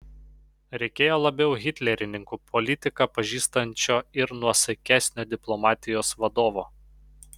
reikėjo labiau hitlerininkų politiką pažįstančio ir nuosaikesnio diplomatijos vadovo